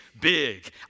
big